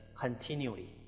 continually